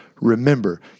Remember